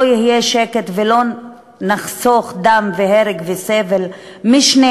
לא יהיה שקט ולא נחסוך דם והרג וסבל משני